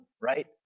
right